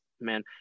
man